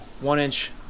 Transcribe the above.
one-inch